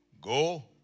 Go